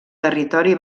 territori